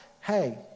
Hey